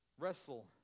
Wrestle